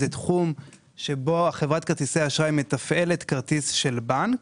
זה תחום שבו חברת כרטיסי האשראי מתפעלת כרטיס של בנק,